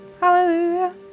hallelujah